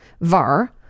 Var